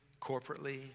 corporately